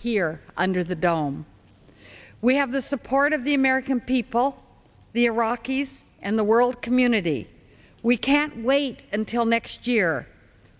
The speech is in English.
here under the dome we have the support of the american people the iraqis and the world community we can't wait until next year